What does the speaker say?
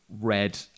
red